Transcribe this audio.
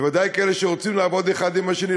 ודאי כאלה שרוצים לעבוד אחד עם השני,